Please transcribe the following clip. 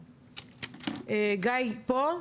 גיא, בבקשה.